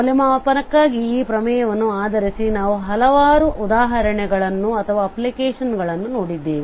ಮೌಲ್ಯಮಾಪನಕ್ಕಾಗಿ ಈ ಪ್ರಮೇಯವನ್ನು ಆಧರಿಸಿ ನಾವು ಹಲವಾರು ಉದಾಹರಣೆಗಳನ್ನು ಅಥವಾ ಅಪ್ಲಿಕೇಶನ್ಗಳನ್ನು ನೋಡಿದ್ದೇವೆ